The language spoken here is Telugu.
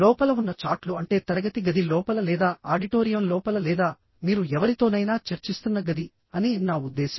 లోపల ఉన్న చాట్లు అంటే తరగతి గది లోపల లేదా ఆడిటోరియం లోపల లేదా మీరు ఎవరితోనైనా చర్చిస్తున్న గది అని నా ఉద్దేశ్యం